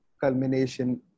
culmination